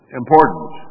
important